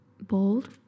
bold